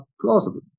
plausible